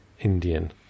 Indian